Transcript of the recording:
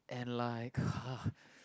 and like uh